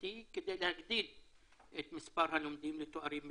שנתי כדי להגדיל את מספר הלומדים לתארים מתקדמים,